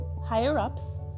higher-ups